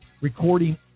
recording